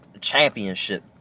championship